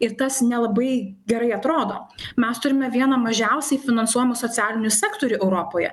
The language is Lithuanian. ir tas nelabai gerai atrodo mes turime vieną mažiausiai finansuojamų socialinių sektorių europoje